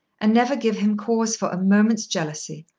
and never give him cause for a moment's jealousy.